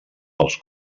pels